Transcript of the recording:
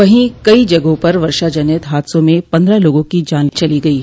वहीं कई जगहों पर वर्षा जनित हादसों में पन्द्रह लोगों की जान चली गयी